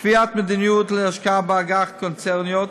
קביעת מדיניות להשקעה באג"ח קונצרניות,